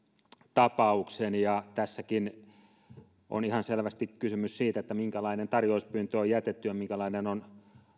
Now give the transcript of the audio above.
tapauksen ja tässäkin on ihan selvästi kysymys siitä minkälainen tarjouspyyntö on jätetty ja minkälainen on